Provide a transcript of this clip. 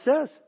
says